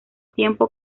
tiempo